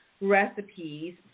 recipes